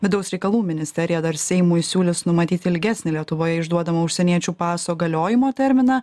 vidaus reikalų ministerija dar seimui siūlys numatyt ilgesnį lietuvoje išduodamo užsieniečių paso galiojimo terminą